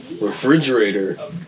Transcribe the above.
refrigerator